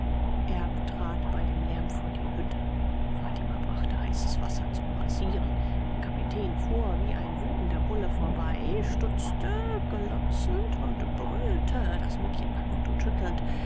trat bei dem lärm vor die hütte fatima brachte heißes wasser zum rasieren der kapitän fuhr wie ein wütender bulle vorbei stutzte glotzend und brüllte das mädchen packend und schüttelnd